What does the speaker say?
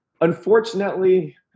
Unfortunately